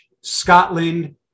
Scotland